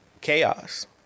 chaos